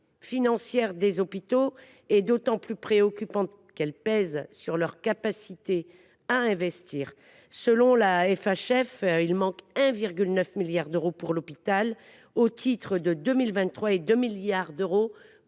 financière des hôpitaux est d’autant plus préoccupante qu’elle pèse sur leur capacité à investir. Selon la Fédération hospitalière de France, il manque 1,9 milliard d’euros pour l’hôpital au titre de 2023 et 2 milliards d’euros au